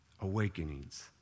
awakenings